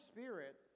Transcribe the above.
Spirit